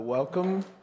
Welcome